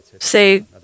say